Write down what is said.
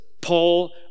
Paul